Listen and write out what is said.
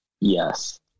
yes